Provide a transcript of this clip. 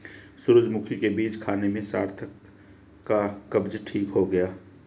सूरजमुखी के बीज खाने से सार्थक का कब्ज ठीक हो गया